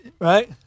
Right